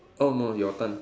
oh no your turn